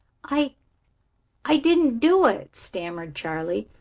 i i didn't do it, stammered charley.